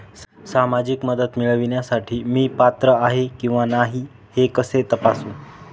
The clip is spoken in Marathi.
सामाजिक मदत मिळविण्यासाठी मी पात्र आहे किंवा नाही हे कसे तपासू?